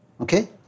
Okay